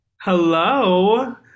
Hello